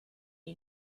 you